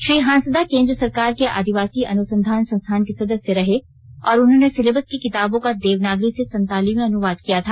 श्री हांसदा केंद्र सरकार के आदिवासी अनुसंधान संस्थान के सदस्य रहे और उन्होंने सिलेबस की किताबों का देवनागरी से संताली में अनुवाद किया था